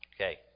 Okay